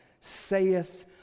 saith